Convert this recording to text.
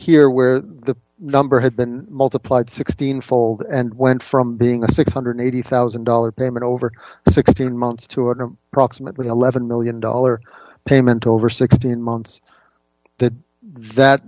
here where the number had been multiplied sixteen fold and went from being a six hundred and eighty thousand dollars payment over sixteen months to an approximately eleven million dollars payment over sixteen months that that